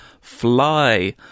fly